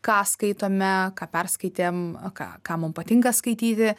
ką skaitome ką perskaitėm ką ką mum patinka skaityti